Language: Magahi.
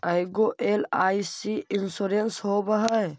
ऐगो एल.आई.सी इंश्योरेंस होव है?